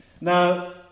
Now